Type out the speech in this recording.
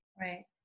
Right